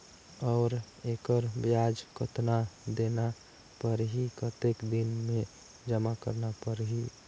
और एकर ब्याज कतना देना परही कतेक दिन मे जमा करना परही??